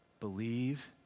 Believe